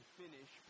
finish